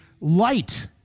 light